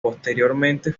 posteriormente